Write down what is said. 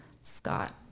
Scott